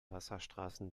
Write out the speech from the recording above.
wasserstraßen